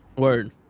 word